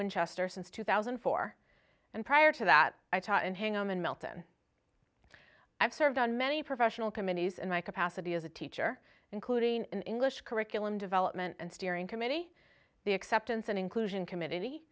winchester since two thousand and four and prior to that i taught and hang on in melton i've served on many professional committees in my capacity as a teacher including english curriculum development and steering committee the acceptance and inclusion committee